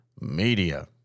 Media